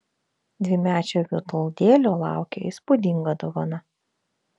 dvimečio vitoldėlio laukė įspūdinga dovana